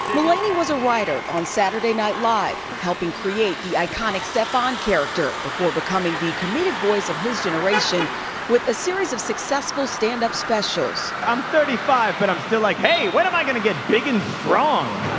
mulaney was a writer on saturday night live helping create the iconic stefon character before becoming the comedic voice of his generation with a series of successful stand-up specials. i'm thirty five but still like, hey, when am i going to get big and strong?